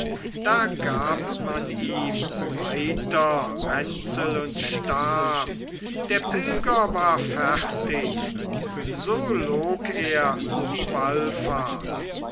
da gab man ihm weiter ränzel und stab der pilger war fertig so log er die wallfahrt